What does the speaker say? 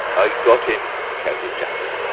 i got him! shouted jaffers,